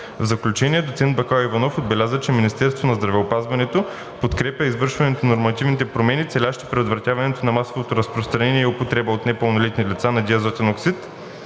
В заключение доцент Бакаливанов отбеляза, че Министерството на здравеопазването подкрепя извършването на нормативните промени, целящи предотвратяване на масовото разпространение и употреба от непълнолетни лица на диазотен оксид